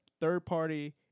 Third-party